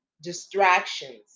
distractions